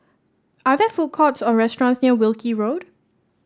are there food courts or restaurants near Wilkie Road